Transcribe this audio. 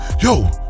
yo